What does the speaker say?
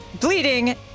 bleeding